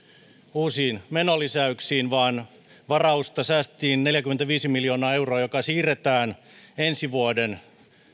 uusiin menolisäyksiin vaan varausta säästettiin neljäkymmentäviisi miljoonaa euroa joka siirretään ensi vuoden